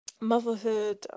motherhood